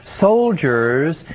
soldiers